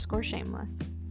Shameless